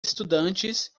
estudantes